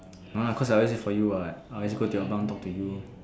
uh cause I always wait for you what I always go to your bunk talk to you